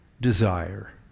desire